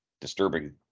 disturbing